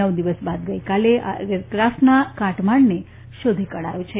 નવ દિવસ બાદ ગઇકાલે આ એરક્રાફ્ટના કાટમાળને શોધી કઢાયો હતો